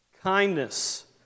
kindness